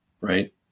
Right